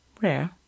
rare